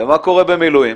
ומה קורה במילואים?